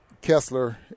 Kessler